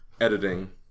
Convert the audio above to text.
editing